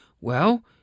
Well